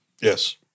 Yes